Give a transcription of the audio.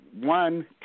one